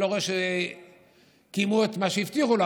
אני לא רואה שקיימו את מה שהבטיחו לו,